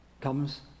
Comes